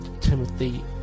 Timothy